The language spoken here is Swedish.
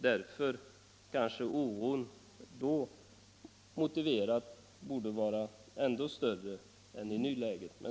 Därför kanske det var motiverat att oron då var ännu större än i nuläget.